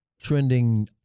trending